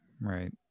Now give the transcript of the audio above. Right